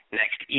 next